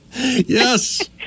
Yes